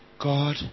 God